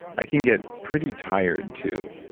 i can get pretty tired, too.